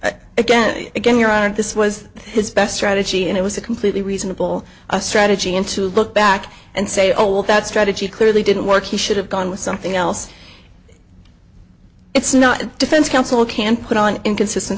report again and again your honor this was his best strategy and it was a completely reasonable strategy and to look back and say oh well that strategy clearly didn't work he should have gone with something else it's not the defense counsel can't put on inconsistent